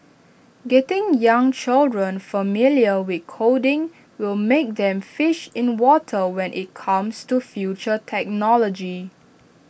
getting young children familiar with coding will make them fish in water when IT comes to future technology